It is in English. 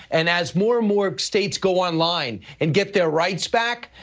and as more and more states go online and get their rights back,